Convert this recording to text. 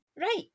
Right